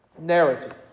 narrative